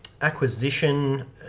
Acquisition